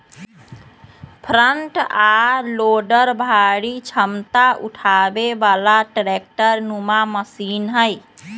front आ loader भारी क्षमता उठाबे बला ट्रैक्टर नुमा मशीन हई